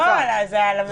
לא, זו הרשות המבצעת.